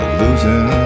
losing